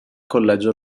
collegio